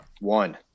One